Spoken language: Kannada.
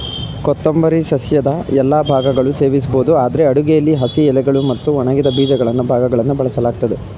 ಕೊತ್ತಂಬರಿ ಸಸ್ಯದ ಎಲ್ಲಾ ಭಾಗಗಳು ಸೇವಿಸ್ಬೋದು ಆದ್ರೆ ಅಡುಗೆಲಿ ಹಸಿ ಎಲೆಗಳು ಮತ್ತು ಒಣಗಿದ ಬೀಜಗಳ ಭಾಗಗಳನ್ನು ಬಳಸಲಾಗ್ತದೆ